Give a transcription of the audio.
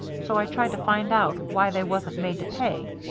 so i tried to find out why they wasn't made to pay.